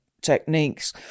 techniques